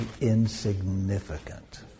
insignificant